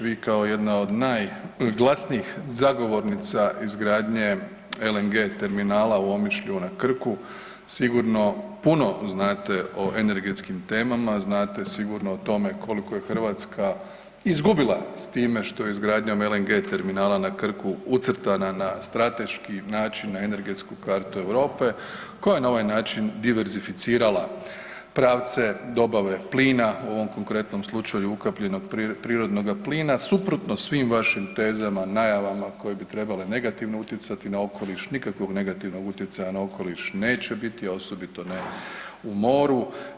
Vi kao jedna od najglasnijih zagovornica izgradnje LNG terminala u Omišlju na Krku sigurno puno znate o energetskim temama, znate sigurno o tome koliko je Hrvatska izgubila s time što je izgradnjom LNG terminala na Krku ucrtana na strateški način na energetsku kartu Europe koja na ovaj način diverzificirala pravce dobave plina u ovom konkretnom slučaju, ukapljenog prirodnoga plina, suprotno svim vašim tezama, najavama koje bi trebale negativno utjecati na okoliš, nikakvog negativnog utjecaja na okoliš neće biti, osobito ne u moru.